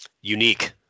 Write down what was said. unique